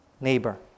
Neighbor